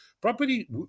Property